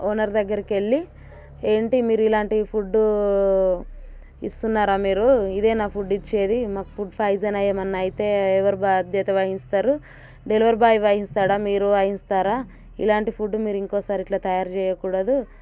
owner దగ్గరికి వెళ్ళి ఏంటి మీరు ఇలాంటి ఫుడ్డు ఇస్తున్నారా మీరు ఇదేనా ఫుడ్ ఇచ్చేది మాకు ఫుడ్ ఫాయిసన్ అయి ఎమన్నా అయితే ఎవరు బాధ్యత వహిస్తారు డెలివరీ బాయ్ వహిస్తాడా మీరు వహిస్తారా ఇలాంటి ఫుడ్ మీరు ఇంకోసారి ఇట్లా తయారు చేయకూడదు